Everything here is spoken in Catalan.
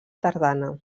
tardana